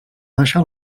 deixar